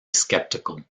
skeptical